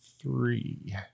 three